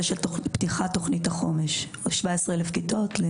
פתיחת תוכנית החומש בעניין 17,000 כיתות.